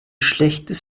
schlechtes